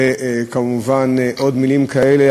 ועוד מילים כאלה.